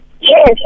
Yes